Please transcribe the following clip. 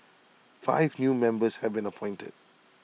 five new members have been appointed